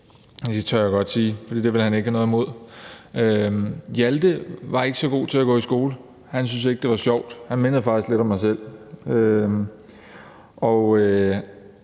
det tør jeg godt sige, for det vil han ikke have noget mod. Hjalte var ikke så god til at gå i skole, han syntes ikke, det var så sjovt – han mindede faktisk lidt om mig selv